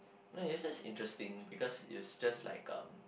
no it's interesting because is just like um